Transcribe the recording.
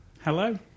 Hello